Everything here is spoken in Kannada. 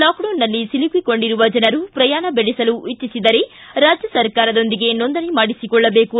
ಲಾಕ್ಡೌನ್ನಲ್ಲಿ ಸಿಲುಕಿಕೊಂಡಿರುವ ಜನರು ಪ್ರಯಾಣ ಬೆಳೆಸಲು ಇಜ್ಜಿಸಿದರೆ ರಾಜ್ಯ ಸರ್ಕಾರದೊಂದಿಗೆ ನೋಂದಣಿ ಮಾಡಿಸಿಕೊಳ್ಳಬೇಕು